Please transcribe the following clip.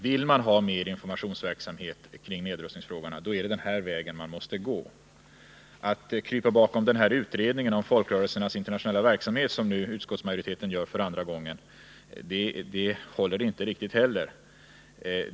Vill man ha mer informationsverksamhet kring nedrustningsfrågorna är det den här vägen man måste gå. Att krypa bakom utredningen om folkrörelsernas internationella verksamhet, som utskottsmajoriteten gör för andra gången, håller inte heller.